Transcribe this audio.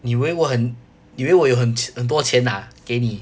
你以为我很你以为我有很很多钱啊给你